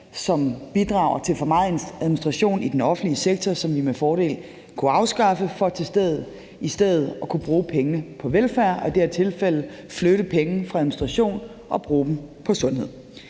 som bidrager til for meget administration i den offentlige sektor, som vi med fordel kunne afskaffe for i stedet at kunne bruge pengene på velfærd og i det her tilfælde flytte penge fra administration og bruge dem på sundhed.